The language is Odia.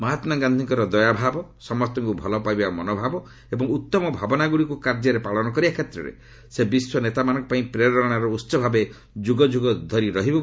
ମହାତ୍ମାଗାନ୍ଧୀଙ୍କର ଦୟା ଭାବ ସମସ୍ତଙ୍କୁ ଭଲପାଇବା ମନୋଭାବ ଏବଂ ଉତ୍ତମ ଭାବନାଗୁଡ଼ିକୁ କାର୍ଯ୍ୟରେ ପାଳନ କରିବା କ୍ଷେତ୍ରରେ ସେ ବିଶ୍ୱନେତାମାନଙ୍କ ପାଇଁ ପ୍ରେରଣାର ଉସ ଭାବେ ଯୁଗଯୁଗ ଧରି ରହିବେ